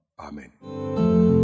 Amen